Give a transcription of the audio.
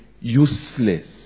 useless